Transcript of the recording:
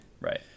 right